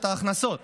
את ההכנסות.